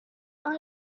are